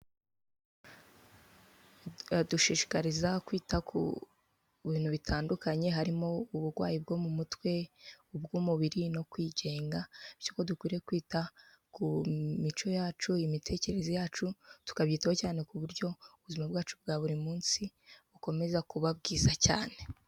Adushishikariza kwita ku bintu bitandukanye, harimo uburwayi bwo mu mutwe, ubw'umubiri no kwigenga, by'uko dukwiye kwita ku mico yacu, imitekerereze yacu, tukabyitaho cyane ku buryo ubuzima bwacu bwa buri munsi bukomeza kuba bwiza cyane.